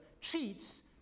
cheats